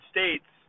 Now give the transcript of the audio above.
States